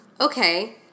Okay